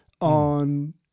on